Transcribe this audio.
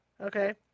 okay